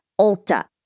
Ulta